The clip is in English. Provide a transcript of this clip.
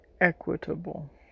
equitable